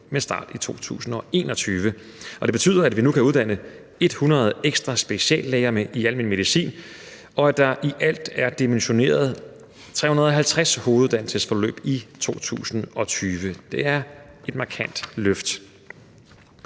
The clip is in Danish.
med start i 2021, og det betyder, at vi nu kan uddanne 100 ekstra speciallæger i almen medicin, og at der i alt er dimensioneret 350 hoveduddannelsesforløb i 2020. Det er et markant løft.